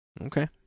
Okay